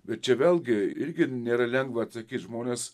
bet čia vėlgi irgi nėra lengva atsakyt žmonės